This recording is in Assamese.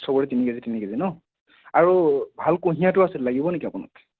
চবৰে তিনি কেজি তিনি কেজি ন আৰু ভাল কুঁহিয়াৰটো আছিল লাগিব নেকি আপোনাক